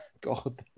God